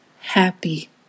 happy